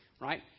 right